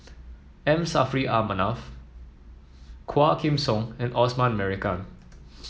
M Saffri A Manaf Quah Kim Song and Osman Merican